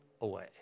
away